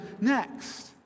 next